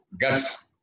guts